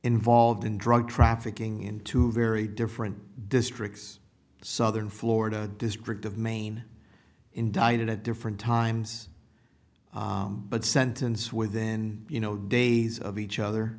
involved in drug trafficking in two very different districts southern florida district of maine indicted at different times but sentence within you know days of each other